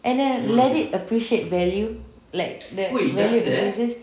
and then let it appreciate value like that value exist